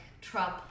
Trump